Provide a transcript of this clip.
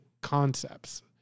concepts